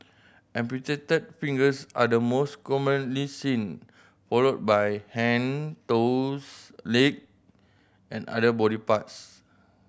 amputated fingers are the most commonly seen followed by hand toes leg and other body parts